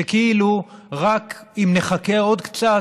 שכאילו אם רק נחכה עוד קצת,